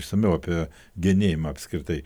išsamiau apie genėjimą apskritai